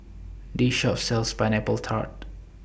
This Shop sells Pineapple Tart